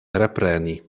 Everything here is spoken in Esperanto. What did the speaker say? repreni